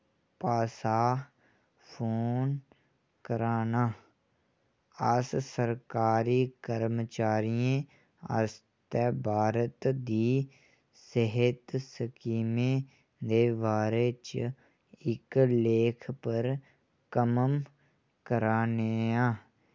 पासा फोन करा नां अस सरकारी कर्मचारियें आस्तै भारत दी सेह्त स्कीमें दे बारे च इक लेख पर कम्म करा ने आं